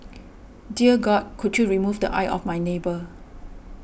dear God could you remove the eye of my neighbour